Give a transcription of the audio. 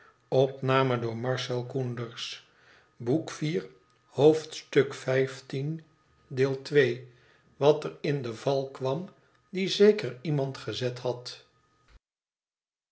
wat er in de val kwam die zeker iemand gezet had